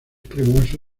cremoso